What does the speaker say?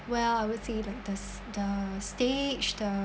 well I would say like the the stage the